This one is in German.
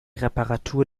reparatur